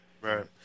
Right